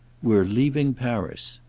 we're leaving paris.